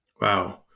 Wow